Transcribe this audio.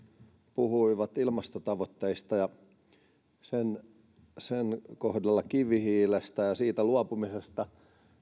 puhuivat ilmastotavoitteista ja niiden kohdalla kivihiilestä ja siitä luopumisesta